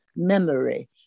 Memory